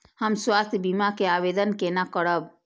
हम स्वास्थ्य बीमा के आवेदन केना करब?